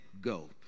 go